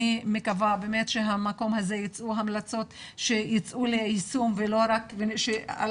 אני מקווה שמהמקום הזה יצאו המלצות שייושמו ולא רק --- ועל